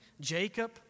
Jacob